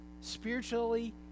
Spiritually